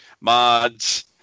mods